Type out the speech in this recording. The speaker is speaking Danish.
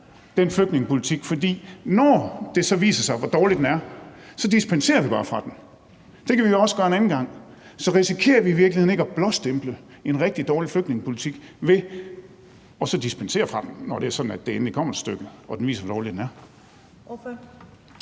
den flygtningepolitik? For når det så viser sig, hvor dårlig den er, så dispenserer vi bare fra den. Det kan vi jo også gøre en anden gang. Så risikerer vi i virkeligheden ikke at blåstemple en rigtig dårlig flygtningepolitik ved så at dispensere fra den, når det endelig kommer til stykket og det viser sig, hvor dårlig den er?